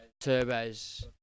Turbo's